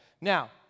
Now